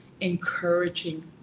encouraging